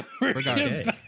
Regardless